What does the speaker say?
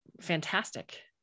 fantastic